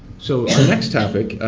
so our next topic,